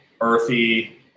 earthy